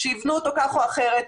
שייבנו אותו כך או אחרת,